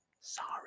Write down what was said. Sorry